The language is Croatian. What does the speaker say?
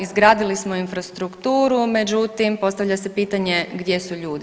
Izgradili smo infrastrukturu, međutim postavlja se pitanje gdje su ljudi.